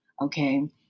okay